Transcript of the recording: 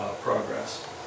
progress